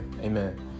Amen